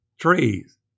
Trees